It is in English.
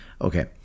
Okay